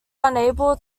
unable